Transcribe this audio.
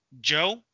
Joe